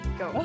go